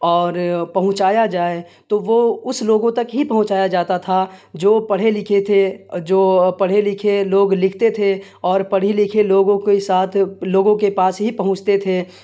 اور پہنچایا جائے تو وہ اس لوگوں تک ہی پہنچایا جاتا تھا جو پڑھے لکھے تھے جو پڑھے لکھے لوگ لکھتے تھے اور پڑھی لکھے لوگوں کے ساتھ لوگوں کے پاس ہی پہنچتے تھے